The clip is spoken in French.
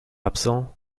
absent